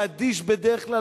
שאדיש בדרך כלל,